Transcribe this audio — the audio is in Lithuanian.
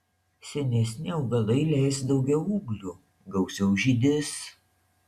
senesni augalai leis daugiau ūglių gausiau žydės